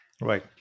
Right